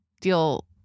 deal